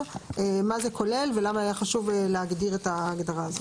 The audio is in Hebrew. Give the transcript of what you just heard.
מה זה כולל ולמה היה חשוב להגדיר את ההגדרה הזאת.